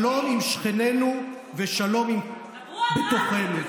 שלום עם שכנינו ושלום בתוכנו.